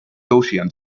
gaussian